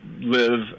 live